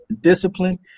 discipline